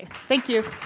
thank you.